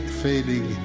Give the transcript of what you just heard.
fading